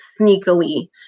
sneakily